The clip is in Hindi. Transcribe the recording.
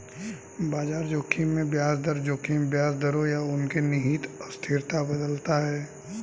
बाजार जोखिम में ब्याज दर जोखिम ब्याज दरों या उनके निहित अस्थिरता बदलता है